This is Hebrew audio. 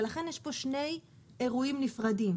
לכן יש פה שני אירועים נפרדים,